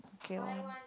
okay lor